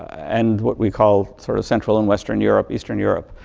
and what we call, sort of central and western europe, eastern europe.